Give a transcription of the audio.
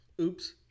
Oops